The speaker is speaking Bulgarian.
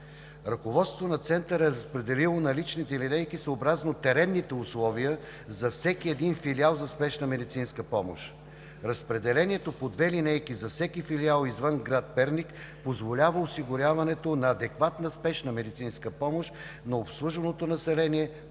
Ръководството на Центъра е разпределило наличните линейки, съобразно теренните условия за всеки един филиал за спешна медицинска помощ. Разпределението по две линейки за всеки филиал извън град Перник позволява осигуряването на адекватна спешна медицинска помощ на обслужваното население